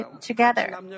together